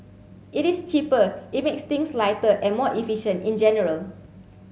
it is cheaper it makes things lighter and more efficient in general